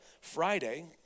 Friday